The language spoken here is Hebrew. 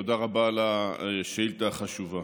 תודה רבה על השאילתה החשובה.